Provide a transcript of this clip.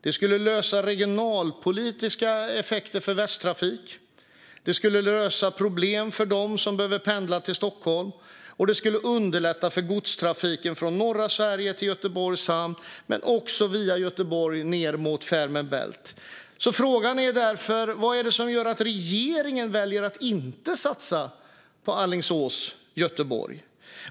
Det skulle lösa regionalpolitiska effekter för Västtrafik, det skulle lösa problem för dem som behöver pendla till Stockholm och det skulle underlätta för godstrafiken från norra Sverige till Göteborgs hamn men också via Göteborg ned mot Fehmarn Bält. Frågan är därför vad det är som gör att regeringen väljer att inte satsa på Alingsås-Göteborg.